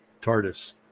tardis